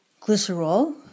glycerol